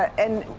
and,